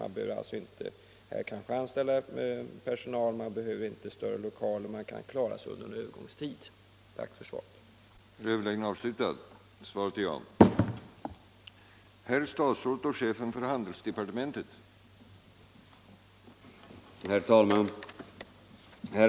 Man behöver alltså inte anställda personal, man behöver inte större lokaler; man kan klara sig under en övergångstid. Jag tackar ännu en gång för svaret.